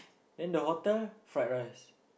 then the hotel fried rice